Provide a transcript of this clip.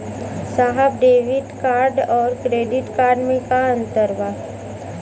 साहब debit card और credit card में का अंतर बा?